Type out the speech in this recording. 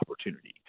opportunity